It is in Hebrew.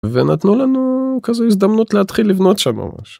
ונתנו לנו כזה הזדמנות להתחיל לבנות שם ממש